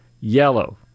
yellow